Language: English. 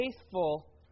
faithful